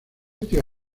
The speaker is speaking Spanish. tío